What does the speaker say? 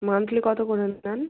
monthly কত করে নেন